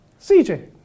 CJ